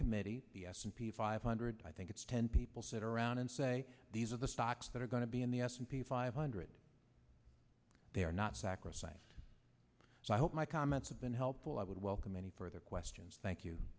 committee the s and p five hundred i think it's ten people sit around and say these are the stocks that are going to be in the s and p five hundred they are not sacrosanct so i hope my comments have been helpful i would welcome any further questions thank you